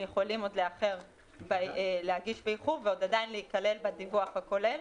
יכולים עוד להגיש באיחור ועדיין להיכלל בדיווח הכולל,